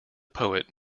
poet